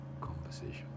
conversation